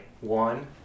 one